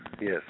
yes